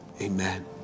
amen